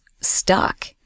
stuck